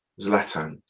Zlatan